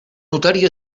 notari